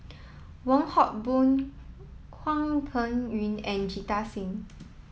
Wong Hock Boon Hwang Peng Yuan and Jita Singh